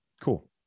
Cool